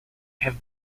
have